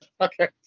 okay